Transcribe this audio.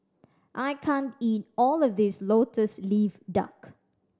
I can't eat all of this Lotus Leaf Duck